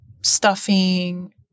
stuffing